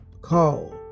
call